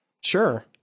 sure